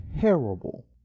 terrible